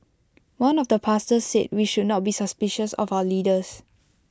one of the pastors said we should not be suspicious of our leaders